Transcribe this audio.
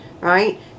right